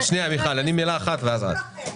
מילה אחת ואחר כך מיכל רוזין.